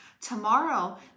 Tomorrow